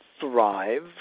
thrive